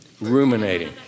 ruminating